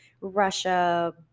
Russia